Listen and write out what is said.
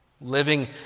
Living